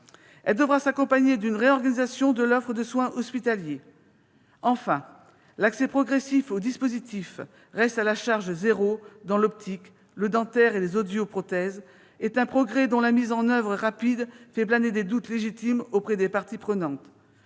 devra s'accompagner d'une réorganisation de l'offre de soins hospitaliers. Enfin, l'accès progressif au dispositif du reste à charge zéro dans l'optique, le dentaire et les audioprothèses est un progrès dont la mise en oeuvre rapide suscite des doutes légitimes parmi les parties prenantes.